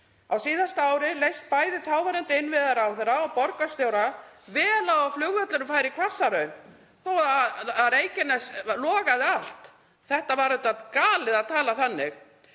Á síðasta ári leist bæði þáverandi innviðaráðherra og borgarstjóra vel á að flugvöllurinn færi í Hvassahraun þó að Reykjanes logaði allt. Það var auðvitað galið að tala þannig.